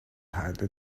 highly